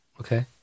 Okay